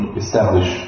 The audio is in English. establish